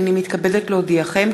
הנני מתכבדת להודיעכם,